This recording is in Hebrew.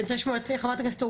אני רוצה לשמוע את חברת הכנסת,